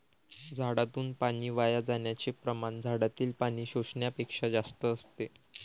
झाडातून पाणी वाया जाण्याचे प्रमाण झाडातील पाणी शोषण्यापेक्षा जास्त असते